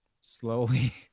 slowly